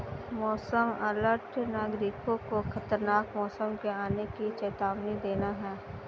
मौसम अलर्ट नागरिकों को खतरनाक मौसम के आने की चेतावनी देना है